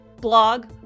blog